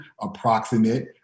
approximate